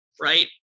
Right